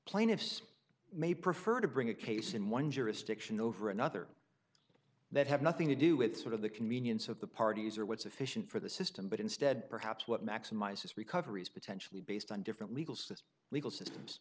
plaintiffs may prefer to bring a case in one jurisdiction over another that have nothing to do with sort of the convenience of the parties or what sufficient for the system but instead perhaps what maximizes recoveries potentially based on different legal system legal systems